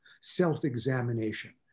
self-examination